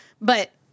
But-